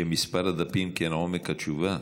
כמספר הדפים כן עומק התשובה.